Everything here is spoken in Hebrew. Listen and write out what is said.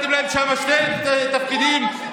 שני תפקידים,